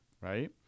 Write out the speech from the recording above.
Right